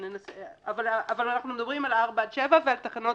אבל אנחנו מדברים על (4) עד (7) ועל תקנות